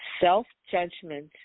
Self-judgment